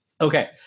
Okay